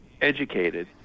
educated